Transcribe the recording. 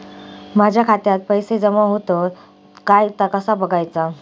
माझ्या खात्यात पैसो जमा होतत काय ता कसा बगायचा?